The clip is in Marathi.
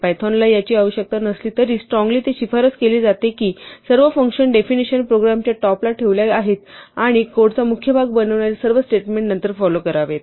पायथॉनला याची आवश्यकता नसली तरी स्ट्रॉन्गली हे शिफारस केली जाते की सर्व फंक्शन डेफिनिशन प्रोग्रामच्या टॉप ला ठेवल्या पाहिजेत आणि कोडचा मुख्य भाग बनविणारी सर्व स्टेटमेंट नंतर फॉलो करावेत